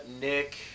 Nick